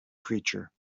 creature